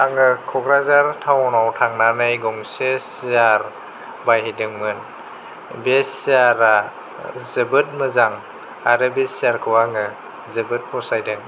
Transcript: आङो कक्राझार टाउनाव थांनानै गंसे सियार बायहैदोंमोन बे सियारा जोबोद मोजां आरो बे सियारखौ आङो जोबोद फसायदों